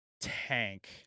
tank